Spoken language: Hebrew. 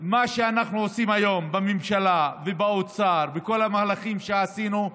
שמה שאנחנו עושים היום בממשלה ובאוצר וכל המהלכים שעשינו,